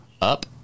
up